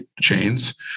chains